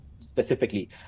specifically